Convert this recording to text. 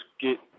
get